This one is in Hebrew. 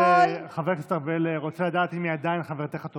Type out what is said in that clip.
חבר הכנסת ארבל רוצה לדעת אם היא עדיין חברתך הטובה.